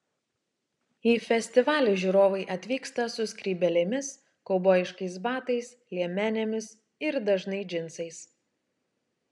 į festivalį žiūrovai atvyksta su skrybėlėmis kaubojiškais batais liemenėmis ir dažnai džinsais